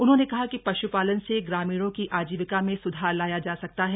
उन्होंने कहा कि पशुपालन से ग्रामीणों की आजीविका में सुधार लाया जा सकता है